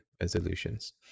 resolutions